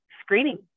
screening